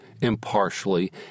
impartially